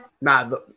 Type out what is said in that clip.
nah